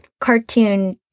cartoon